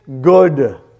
good